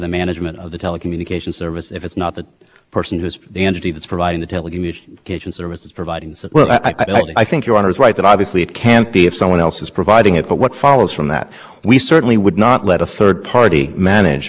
network and so our point is that if customers can choose a third party to provide exactly the same function in connection with exactly the same service and it's not management when the third party does it it can't be management and we do whatever it is there a phone analogs of for